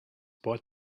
bought